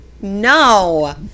No